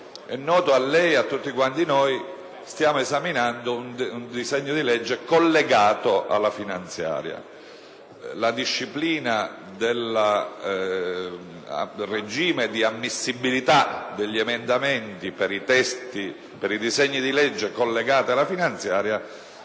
noto a lei e a tutti noi, stiamo esaminando un disegno di legge collegato alla finanziaria. La disciplina del regime di ammissibilità degli emendamenti per i disegni di legge collegati alla finanziaria è dettata